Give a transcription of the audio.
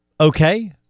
okay